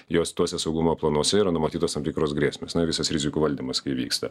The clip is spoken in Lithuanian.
juos tuose saugumo planuose yra numatytos tam tikros grėsmės na visas rizikų valdymas kai vyksta